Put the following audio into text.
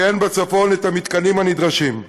כי אין בצפון המתקנים שנדרשים.